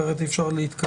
אחרת אי אפשר להתקדם.